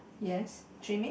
yes trimming